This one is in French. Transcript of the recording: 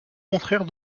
contraire